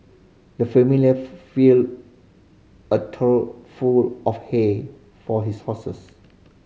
the familiar filled a trough full of hay for his horses